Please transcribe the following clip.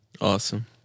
Awesome